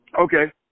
Okay